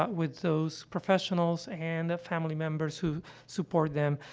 but with those professionals and the family members who support them,